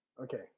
Okay